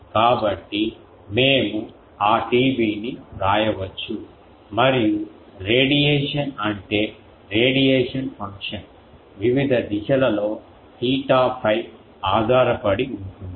కాబట్టి మేము ఆ TB ని వ్రాయవచ్చు మరియు రేడియేషన్ అంటే రేడియేషన్ ఫంక్షన్ వివిధ దిశలలో తీటా 𝝓 ఆధారపడి ఉంటుంది